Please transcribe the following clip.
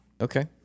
Okay